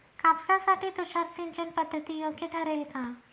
कापसासाठी तुषार सिंचनपद्धती योग्य ठरेल का?